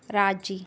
राज़ी